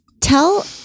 Tell